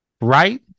Right